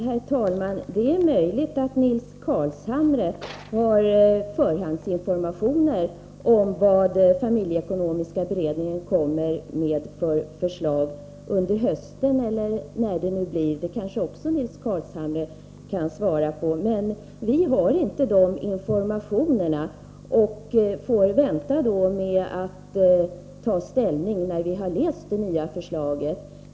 Herr talman! Det är möjligt att Nils Carlshamre har förhandsinformationer om vilka förslag familjeekonomiska beredningen kommer med under hösten eller när det nu blir. Det kanske Nils Carlshamre också kan svara på, men vi har inte de informationerna och får vänta med att ta ställning först när vi har läst det nya förslaget.